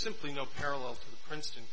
simply no parallel princeton